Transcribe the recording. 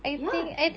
ya